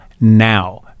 now